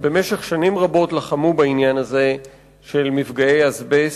שבמשך שנים רבות לחמו בעניין הזה של מפגעי אזבסט.